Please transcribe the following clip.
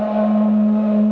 um